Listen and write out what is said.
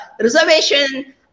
reservation